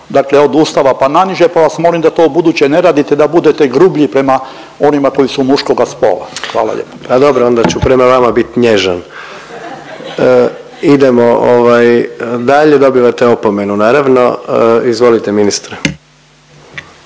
dakle od Ustava pa naniže pa vas molim da to u buduće ne radite, da budete grublji prema onima koji su muškoga spola. Hvala lijepa. **Jandroković, Gordan (HDZ)** Pa dobro onda ću prema vama bit nježan. Idemo ovaj dalje, dobivate opomenu naravno. Izvolite ministre.